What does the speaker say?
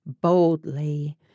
boldly